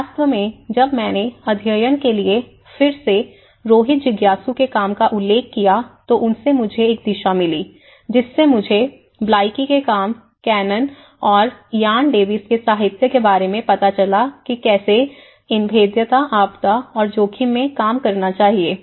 वास्तव में जब मैंने अध्ययन के लिए फिर से रोहित जिज्ञासु के काम का उल्लेख किया तो उनसे मुझे एक दिशा मिली जिससे मुझे ब्लाइकी के काम कैनन और इयान डेविस के साहित्य के बारे में पता चला कि कैसे इन भेद्यता आपदा और जोखिम में काम करना चाहिए